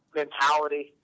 mentality